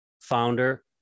Founder